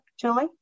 Julie